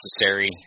necessary